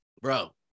Bro